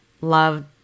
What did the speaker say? love